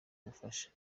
ubufasha